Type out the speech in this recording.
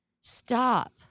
stop